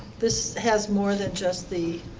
this has more than just the